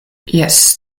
jes